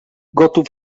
gotów